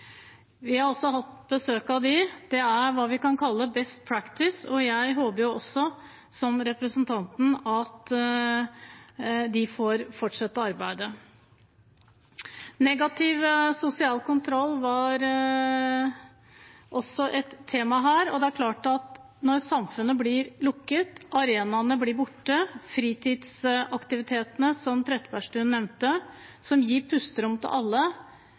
har vi også hatt besøk av, det er hva vi kan kalle «best practice», og som representanten Aasen-Svensrud håper også jeg at de får fortsette arbeidet. Negativ sosial kontroll var også et tema her. Samfunnet blir lukket, arenaene blir borte, og fritidsaktivitetene – som Trettebergstuen nevnte – som gir pusterom til alle,